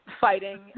fighting